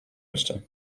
müsste